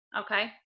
Okay